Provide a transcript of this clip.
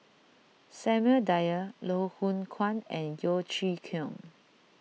Samuel Dyer Loh Hoong Kwan and Yeo Chee Kiong